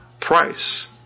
price